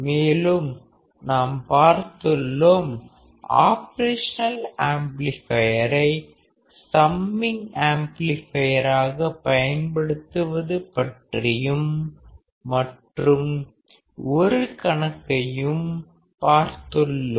மேலும் நாம் பார்த்துள்ளோம் ஆபரேஷனல் ஆம்ப்ளிபையரை சம்மிங் ஆம்ப்ளிபையராக பயன்படுத்துவது பற்றியும் மற்றும் ஒரு கணக்கையும் பார்த்துள்ளோம்